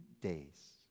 days